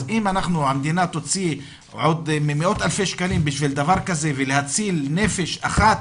אז אם המדינה תוציא עוד מאות אלפי שקלים בשביל דבר כזה ולהציל נפש אחת